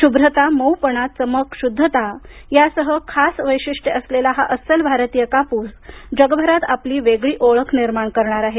शुभ्रता मऊपणा चमक शुद्धता यासह खास वैशिष्ट्ये असलेला हा अस्सल भारतीय कापूस जगभरात आपली वेगळी ओळख निर्माण करणार आहे